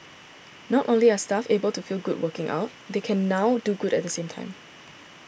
not only are staff able to feel good working out they can now do good at the same time